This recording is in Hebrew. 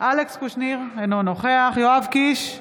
אלכס קושניר, אינו נוכח יואב קיש,